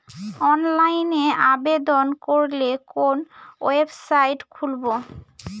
অনলাইনে আবেদন করলে কোন ওয়েবসাইট খুলব?